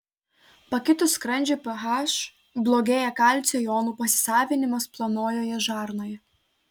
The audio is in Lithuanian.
pakitus skrandžio ph blogėja kalcio jonų pasisavinimas plonojoje žarnoje